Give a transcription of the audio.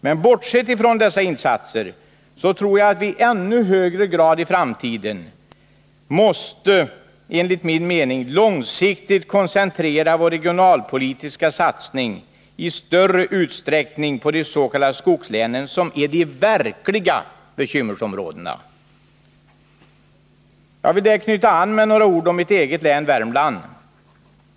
Men bortsett från dessa insatser så tror jag att vi i framtiden i ännu högre grad än hittills måste koncentrera vår regionalpolitik på långsiktiga satsningar i de s.k. skogslänen. Jag vill här med några ord knyta an till mitt eget län Värmland.